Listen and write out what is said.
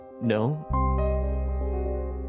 no